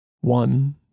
One